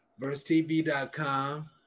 Versetv.com